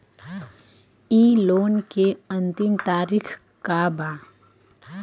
इ लोन के अन्तिम तारीख का बा?